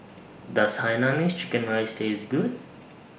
Does Hainanese Chicken Rice Taste Good